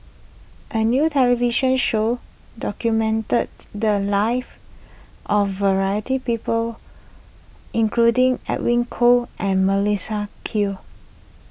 a new television show documented the lives of variety people including Edwin Koo and Melissa Q